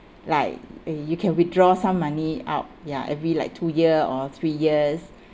like you can withdraw some money out ya every like two year or three years